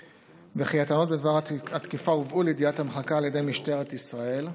וכי הטענות בדבר התקיפה הובאו לידיעת המחלקה על ידי משטרת ישראל.